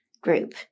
group